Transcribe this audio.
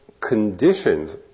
conditions